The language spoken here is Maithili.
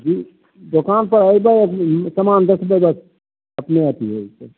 जी दोकानपर अयबै समान देखबै अपने अथी होइ जेतै